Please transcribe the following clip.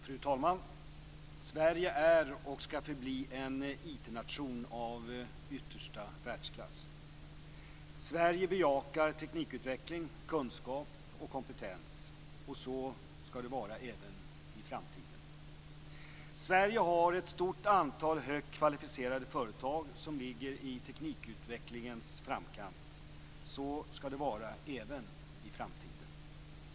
Fru talman! Sverige är och skall förbli en IT nation av yttersta världsklass. Sverige bejakar teknikutveckling, kunskap och kompetens, och så skall det vara även i framtiden. Sverige har ett stort antal högt kvalificerade företag som ligger i teknikutvecklingens framkant. Så skall det vara även i framtiden.